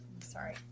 Sorry